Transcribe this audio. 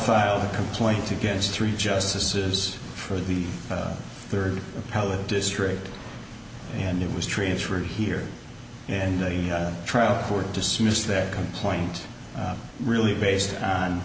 filed a complaint against three justices for the third appellate district and it was transferred here and try out for dismissed that complaint really based on